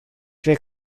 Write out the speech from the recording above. cred